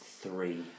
three